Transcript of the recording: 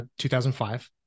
2005